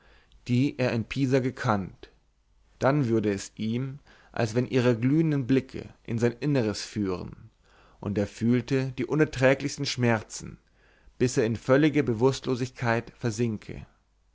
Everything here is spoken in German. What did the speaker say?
die er in pisa gekannt dann würde es ihm als wenn ihre glühenden blicke in sein inneres führen und er fühle die unerträglichsten schmerzen bis er in völlige bewußtlosigkeit versinke